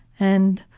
and,